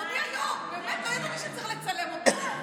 באמת, לא ידעתי שצריך לצלם אותי.